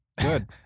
Good